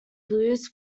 blues